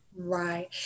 Right